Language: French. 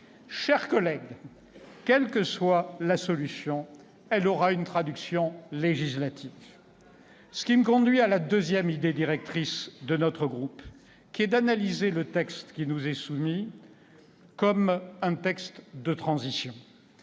chers collègues, quelle que soit la solution, celle-ci aura une traduction législative, ce qui me conduit à la deuxième idée directrice du groupe Union Centriste, qui consiste à analyser le texte qui nous est soumis comme un texte de transition,